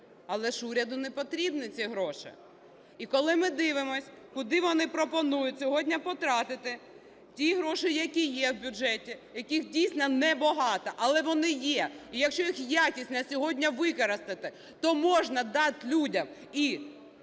Але ж уряду не потрібні ці гроші. І коли ми дивимось, куди вони пропонують сьогодні потратити ті гроші, які є в бюджеті, яких дійсно не багато, але вони є... І якщо їх якісно сьогодні використати, то можна дати людям і